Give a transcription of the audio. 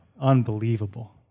Unbelievable